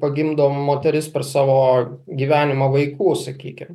pagimdo moteris per savo gyvenimą vaikų sakykim